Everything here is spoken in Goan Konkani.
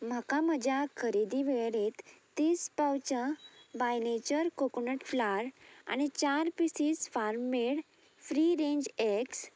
म्हाका म्हज्या खरेदी वेळेरेंत तीस पावचां बाय नेचर कोकोनट फ्लार आनी चार pieces farm made free range eggs